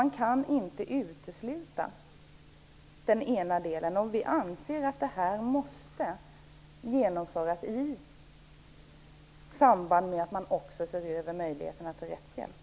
Man kan inte utesluta den ena delen. Vi anser att det här måste genomföras i samband med att man också ser över möjligheterna till rättshjälp.